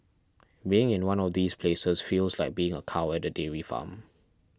being in one of these places feels like being a cow at a dairy farm